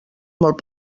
molt